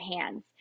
hands